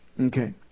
Okay